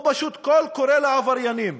הוא פשוט קול קורא לעבריינים: